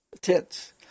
tents